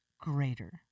greater